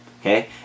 okay